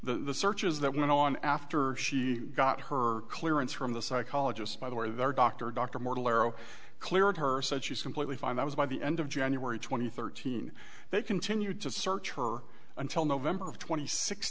the searches that went on after she got her clearance from the psychologist by the way their doctor dr morton arrow cleared her said she's completely fine that was by the end of january twenty third teen they continued to search her until november of tw